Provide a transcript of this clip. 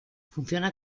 funciona